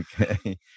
Okay